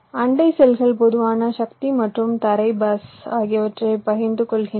அண்டை செல்கள் பொதுவான சக்தி மற்றும் தரை பஸ் ஆகியவற்றைப் பகிர்ந்து கொள்கின்றன